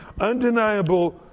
Undeniable